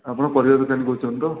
ଆପଣ ପରିବା ଦୋକାନୀ କହୁଛନ୍ତି ତ